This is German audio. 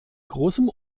großem